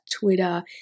twitter